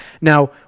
Now